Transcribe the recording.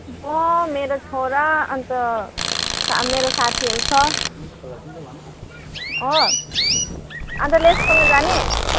म मेरो छोरा अन्त मेरो साथीहरू छ हो अन्त लेस खोला जाने